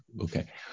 okay